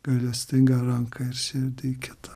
gailestingą ranką ir širdį į kitą